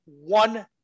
one